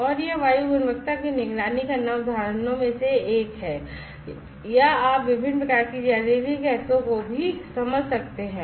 और यह वायु गुणवत्ता की निगरानी करना उदाहरणों में से एक है या आप विभिन्न प्रकार की जहरीली गैसों को भी समझ सकते हैं